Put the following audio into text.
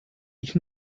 ich